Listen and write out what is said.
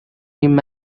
him